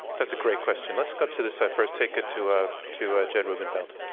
that's a great question. let's go to this side first. take it to ah to ah jed rubenfeld.